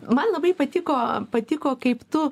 man labai patiko patiko kaip tu